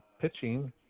pitching